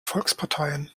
volksparteien